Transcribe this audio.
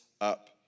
up